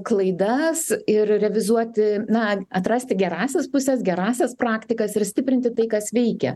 klaidas ir revizuoti na atrasti gerąsias puses gerąsias praktikas ir stiprinti tai kas veikia